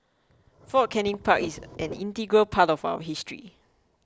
Fort Canning Park is an integral part of our history